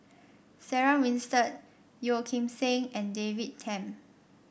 Sarah Winstedt Yeo Kim Seng and David Tham